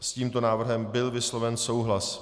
S tímto návrhem byl vysloven souhlas.